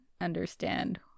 understand